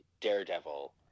Daredevil